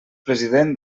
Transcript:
president